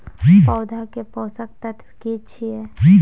पौधा के पोषक तत्व की छिये?